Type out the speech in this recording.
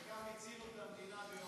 בחלקם הצילו את המדינה ביום כיפור.